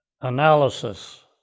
analysis